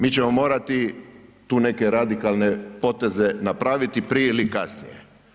Mi ćemo morati tu neke radikalne poteze napraviti prije ili kasnije.